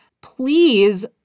please